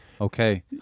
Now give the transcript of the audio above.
Okay